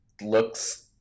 looks